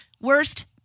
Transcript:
worst